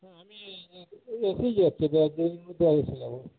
হ্যাঁ আমি এই এ এই এসেই যাচ্ছি এই দু এক মধ্যে আমি এসে যাব